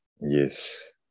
Yes